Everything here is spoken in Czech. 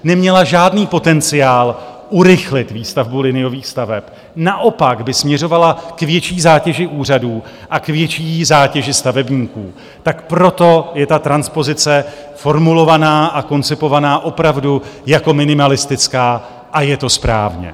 Neměla žádný potenciál urychlit výstavbu liniových staveb, naopak by směřovala k větší zátěži úřadů a k větší zátěži stavebníků, proto je transpozice formulovaná a koncipovaná opravdu jako minimalistická a je to správně.